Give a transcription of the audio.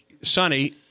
Sonny –